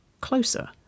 closer